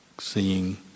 seeing